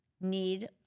need